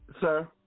Sir